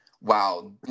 wow